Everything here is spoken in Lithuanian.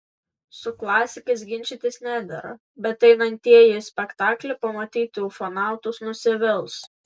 su klasikais ginčytis nedera bet einantieji į spektaklį pamatyti ufonautus nusivils